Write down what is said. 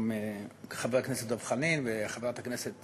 גם חבר הכנסת דב חנין וחברת הכנסת